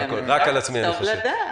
טוב לדעת.